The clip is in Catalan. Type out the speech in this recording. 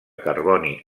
carboni